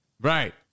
Right